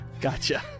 Gotcha